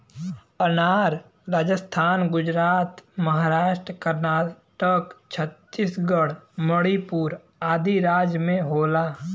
अनार राजस्थान गुजरात महाराष्ट्र कर्नाटक छतीसगढ़ मणिपुर आदि राज में होला